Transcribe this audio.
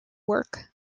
work